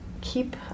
keep